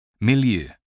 Milieu